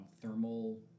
Thermal